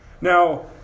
Now